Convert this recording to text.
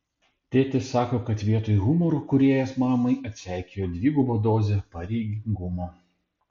tėtis sako kad vietoj humoro kūrėjas mamai atseikėjo dvigubą dozę pareigingumo